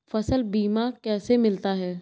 फसल बीमा कैसे मिलता है?